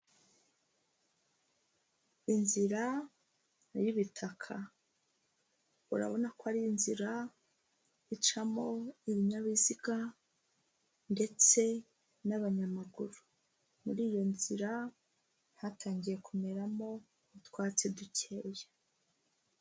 Inzira y'ibitaka, urabona ko ari inzira icamo ibinyabiziga ndetse n'abanyamaguru, muri iyo nzira hatangiye kumeramo utwatsi dukeya.